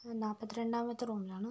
നാൽപ്പത്തിരണ്ടാമത്തെ റൂമിലാണ്